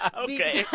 ah ok. yeah